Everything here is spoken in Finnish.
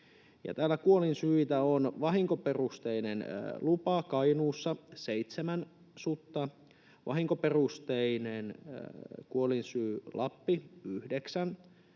kuolinsyitä ovat vahinkoperusteinen lupa Kainuussa, seitsemän sutta, vahinkoperusteinen kuolinsyy Lapissa,